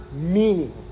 meaning